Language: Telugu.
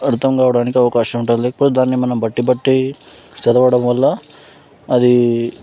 అర్థం కావడానికి అవకాశం ఉంటుంది లేకపోతే దాన్ని మనం బట్టి పట్టి చదవడం వల్ల అది